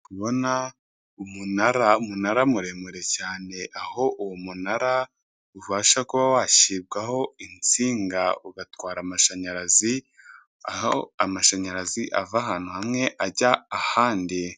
Ndabona umunara, umunara muremure cyane. Aho uwo munara ubasha kuba washyirwaho insinga ugatwara amashanyarazi, aho amashanyarazi ava ahantu hamwe ajya ahandi.